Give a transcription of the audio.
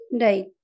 Right